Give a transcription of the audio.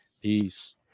peace